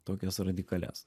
tokias radikalias